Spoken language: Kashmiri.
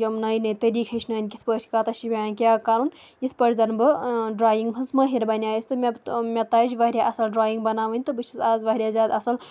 یِم نٔے نٔے طریٖقہٕ ہیٚچھنٲیِن کِتھ پٲٹھۍ چھِ کَتَس چھِ پٮ۪وان کیٛاہ کَرُن یِتھ پٲٹھۍ زَنہٕ بہٕ ڈرٛایِنٛگ ہٕنٛز مٲہِر بَنے یَس تہٕ مےٚ مےٚ تَجہِ واریاہ اَصٕل ڈرٛایِنٛگ بَناوٕنۍ تہٕ بہٕ چھَس آز واریاہ زیادٕ اَصٕل